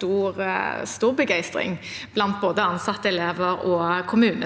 til stor begeistring blant både ansatte, elever og kommunen.